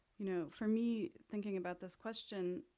you know, for me, thinking about this question,